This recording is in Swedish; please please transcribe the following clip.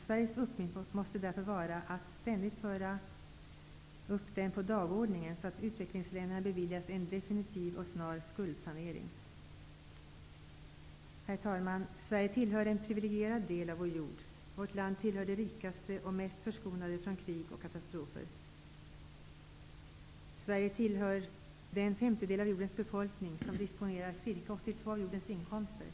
Sveriges uppgift måste därför vara att ständigt föra upp frågan på dagordningen, så att utvecklingsländerna beviljas en definitiv och snar skuldsanering. Herr talman! Sverige tillhör en priviligierad del av vår jord. Vårt land tillhör de rikaste och mest förskonade från krig och katastrofer. Befolkningen i Sverige tillhör den femtedel av jordens befolkning som disponerar ca 82 % av jordens inkomster.